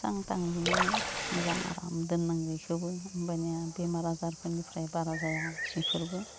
सां थां लुनानै मोजां आराम दोननांगौ इखौबो होमबानिया बेमार आजारफोरनिफ्राय बारा जाया इफोरबो